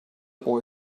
boy